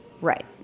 right